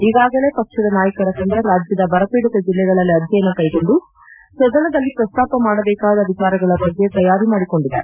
ಈಗಾಗಲೇ ಪಕ್ಷದ ನಾಯಕರ ತಂಡ ರಾಜ್ಯದ ಬರಪೀಡಿತ ಜಿಲ್ಲೆಗಳಲ್ಲಿ ಅಧ್ಯಯನ ಕೈಗೊಂಡು ಸದನದಲ್ಲಿ ಪ್ರಸ್ತಾಪ ಮಾಡಬೇಕಾದ ವಿಚಾರಗಳ ಬಗ್ಗೆ ತಯಾರಿ ಮಾಡಿಕೊಂಡಿದೆ